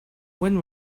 when